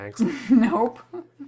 Nope